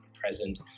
present